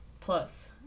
plus